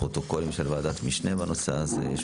הפרוטוקולים של ועדת משנה בנושא הזה.